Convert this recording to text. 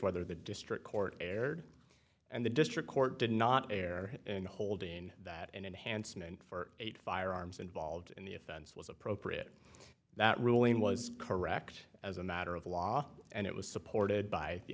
whether the district court erred and the district court did not air in holding that an enhancement for eight firearms involved in the offense was appropriate that ruling was correct as a matter of law and it was supported by the